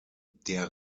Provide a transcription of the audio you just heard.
der